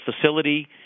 facility